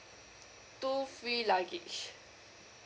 two free luggage